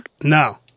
No